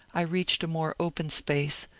i reached a more open space,